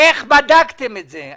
איך בדקתם את זה?